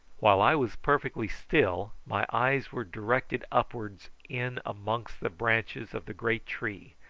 while i was perfectly still my eyes were directed upwards in amongst the branches of the great tree,